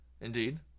Indeed